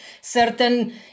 certain